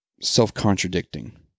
self-contradicting